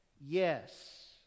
Yes